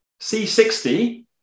C60